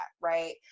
right